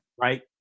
Right